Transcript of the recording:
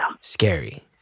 scary